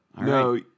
No